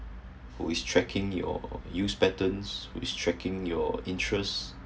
who is tracking your use patterns who is tracking your interest